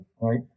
right